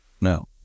no